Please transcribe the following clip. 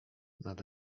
nad